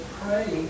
pray